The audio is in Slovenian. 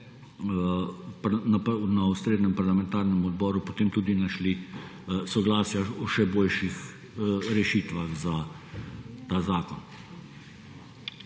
na ustreznem parlamentarnem odboru, potem tudi našli soglasja v še boljših rešitvah za ta zakon.